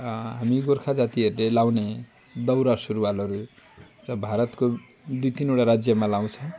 हामी गोर्खा जातिहरूले लगाउने दौरा सुरुवालहरू र भारतको दुई तिनवटा राज्यमा लगाउँछ